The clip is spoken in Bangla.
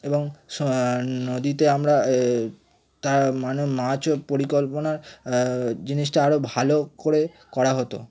এবং নদীতে আমরা এই তা মানে মাছ পরিকল্পনার জিনিসটা আরও ভালো করে করা হতো